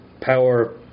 power